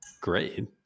great